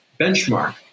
benchmark